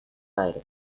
aires